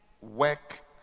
work